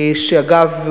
שאגב,